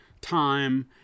time